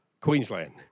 Queensland